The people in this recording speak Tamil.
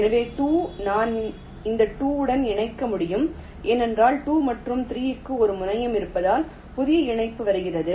எனவே 2 நான் இந்த 2 உடன் இணைக்க முடியும் ஏனென்றால் 2 மற்றும் 3 க்கு ஒரு முனையம் இருப்பதால் புதிய இணைப்பு வருகிறது